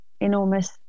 enormous